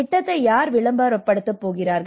திட்டத்தை யார் விளம்பரப்படுத்தப் போகிறார்கள்